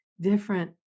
different